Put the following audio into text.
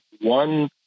one